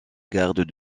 garde